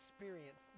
experience